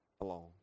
alone